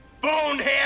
bonehead